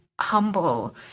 humble